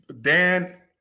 Dan